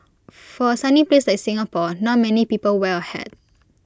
for A sunny place like Singapore not many people wear A hat